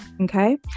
Okay